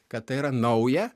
kad tai yra nauja